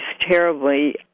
terribly